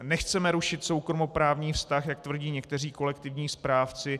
Nechceme rušit soukromoprávní vztah, jak tvrdí někteří kolektivní správci.